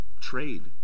trade